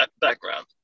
background